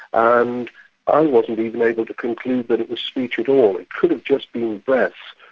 ah and i wasn't even able to conclude that it was speech at all. it could've just been breaths,